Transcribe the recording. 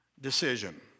decision